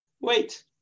wait